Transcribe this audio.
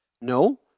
No